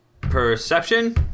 Perception